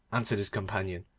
answered his companion,